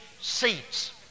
seats